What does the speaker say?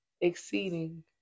Exceeding